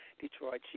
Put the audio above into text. Detroit